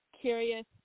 curious